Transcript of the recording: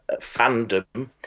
fandom